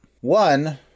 One